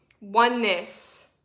oneness